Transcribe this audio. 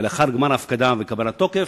ולאחר גמר ההפקדה וקבלת תוקף,